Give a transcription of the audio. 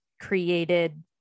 created